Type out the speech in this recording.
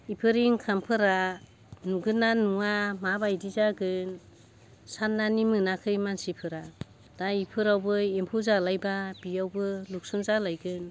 बेफोर इनकामफोरा नुगोनना नुवा मा बायदि जागोन सान्नानै मोनाखै मानसिफोरा दा इफोरावबो एम्फौ जालायबा बेयावबो नकसुं जालायगोन